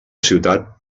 ciutat